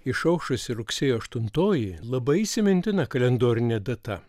išaušusi rugsėjo aštuntoji labai įsimintina kalendorinė data